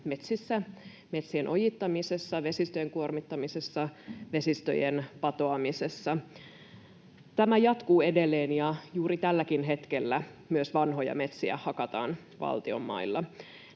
metsissä, metsien ojittamisessa, vesistöjen kuormittamisessa, vesistöjen patoamisessa. Tämä jatkuu edelleen, ja juuri tälläkin hetkellä myös vanhoja metsiä hakataan valtion mailla.